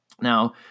Now